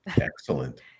Excellent